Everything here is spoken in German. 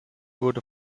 wurde